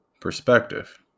perspective